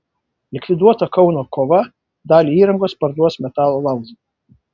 likviduota kauno kova dalį įrangos parduos metalo laužui